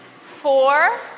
Four